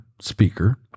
speaker